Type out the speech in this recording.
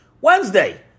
Wednesday